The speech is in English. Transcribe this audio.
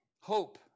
hope